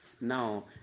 Now